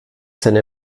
seine